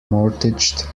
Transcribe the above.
mortgaged